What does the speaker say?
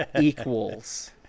equals